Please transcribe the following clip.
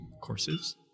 courses